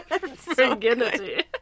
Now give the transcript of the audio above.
virginity